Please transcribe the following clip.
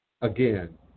Again